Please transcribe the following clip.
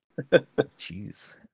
Jeez